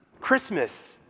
Christmas